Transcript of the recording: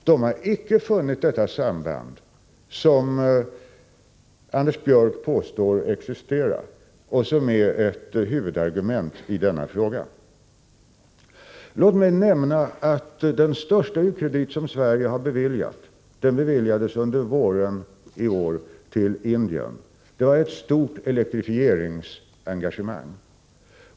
De har icke funnit detta samband, som Anders Björck påstår existerar och som är ett huvudargument i denna fråga. Låt mig nämna att den största u-kredit som Sverige har beviljat i våras beviljades till Indien, och det gällde ett stort elektrifieringsengagemang.